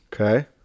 Okay